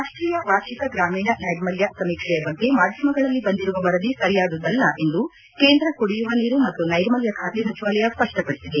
ರಾಷ್ಷೀಯ ವಾರ್ಷಿಕ ಗ್ರಾಮೀಣ ನೈರ್ಮಲ್ಲ ಸಮೀಕ್ಷೆ ಬಗ್ಗೆ ಮಾಧ್ಯಮಗಳಲ್ಲಿ ಬಂದಿರುವ ವರದಿ ಸರಿಯಾದುದ್ದಲ್ಲ ಎಂದು ಕೇಂದ್ರ ಕುಡಿಯುವ ನೀರು ಮತ್ತು ನೈರ್ಮಲ್ಲ ಖಾತೆ ಸಚಿವಾಲಯ ಸ್ವಷ್ಷಪಡಿಸಿದೆ